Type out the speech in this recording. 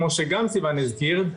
כמו שגם סיון הזכיר,